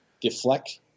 Deflect